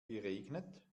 geregnet